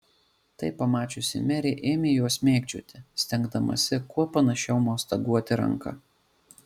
tai pamačiusi merė ėmė juos mėgdžioti stengdamasi kuo panašiau mostaguoti ranka